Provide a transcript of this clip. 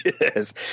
Yes